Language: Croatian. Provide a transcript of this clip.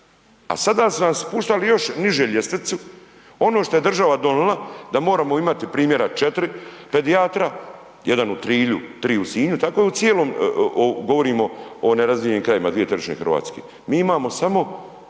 a sada su nam spuštali još niže ljestvicu, ono što je država donila da moramo imati primjera četiri pedijatra, jedan u Trilju, tri u Sinju, tako u cijelom, govorimo o nerazvijenim krajevima 2/3 RH, mi imamo samo